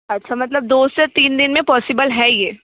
अच्छा मतलब दो से तीन दिन में पॉसिबल है यह